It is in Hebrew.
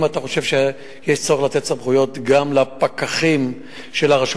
אם אתה חושב שיש צורך לתת סמכויות גם לפקחים של הרשות